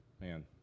man